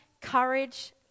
courage